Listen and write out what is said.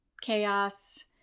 chaos